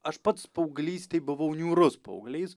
aš pats paauglystėj buvau niūrus paauglys